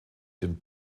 den